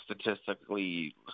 statistically